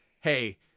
hey